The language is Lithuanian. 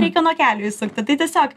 reikia nuo kelio įsukti tai tiesiog